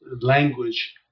language